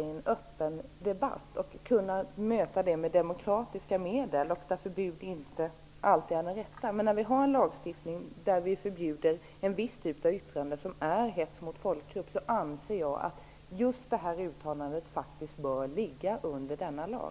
i en öppen debatt och med demokratiska medel och att förbud inte alltid är det rätta. Men när vi har en lagstiftning som förbjuder en viss typ av yttranden som hets mot folkgrupp anser jag att just detta uttalande bör hamna under denna lag.